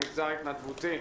המגזר ההתנדבותי.